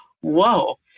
whoa